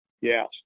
Yes